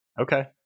Okay